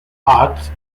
art